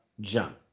jump